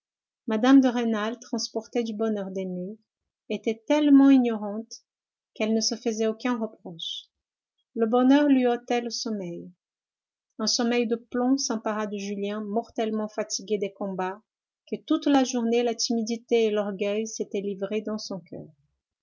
mme de rênal transportée du bonheur d'aimer était tellement ignorante qu'elle ne se faisait aucun reproche le bonheur lui ôtait le sommeil un sommeil de plomb s'empara de julien mortellement fatigué des combats que toute la journée la timidité et l'orgueil s'étaient livrés dans son coeur